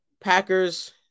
Packers